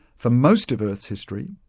for most of earth's history,